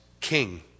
king